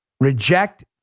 Reject